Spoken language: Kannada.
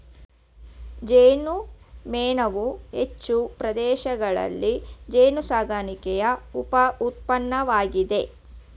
ಜೇನುಮೇಣವು ಹೆಚ್ಚಿನ ಪ್ರದೇಶಗಳಲ್ಲಿ ಜೇನುಸಾಕಣೆಯ ಉಪ ಉತ್ಪನ್ನವಾಗಿದೆ